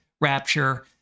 rapture